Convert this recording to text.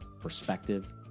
perspective